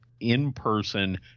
in-person